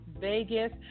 Vegas